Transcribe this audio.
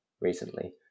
recently